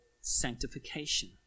sanctification